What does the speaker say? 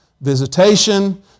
Visitation